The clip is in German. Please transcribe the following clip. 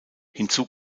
hinzu